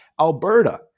Alberta